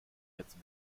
jetzt